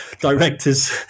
director's